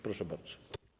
Proszę bardzo.